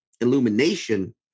illumination